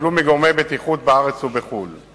שהתקבלו מגורמי בטיחות בארץ ובחוץ-לארץ.